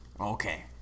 Okay